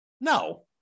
No